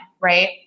right